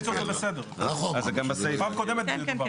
יחידת ייצור זה בסדר, בפעם הקודמת דובר על זה.